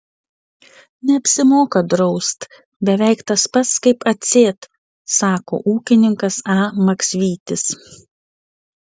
neapsimoka draust beveik tas pats kaip atsėt sako ūkininkas a maksvytis